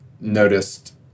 noticed